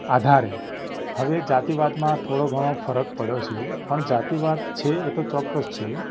આધારે હવે જાતિવાદમાં થોડો ઘણો ફરક પડ્યો છે પણ જાતિવાદ છે એ તો ચોક્કસ છે